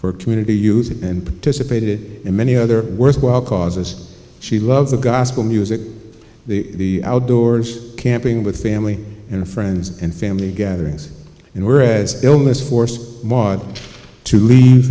for community use and participated in many other worthwhile causes she loves the gospel music the outdoors camping with family and friends and family gatherings and were as illness forced model to leave